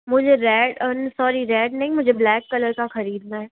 मुझे red sorry red नहीं मुझे ब्लैक कलर का खरीदना है